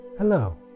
Hello